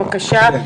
בבקשה.